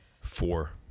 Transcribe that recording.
Four